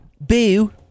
Boo